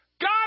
God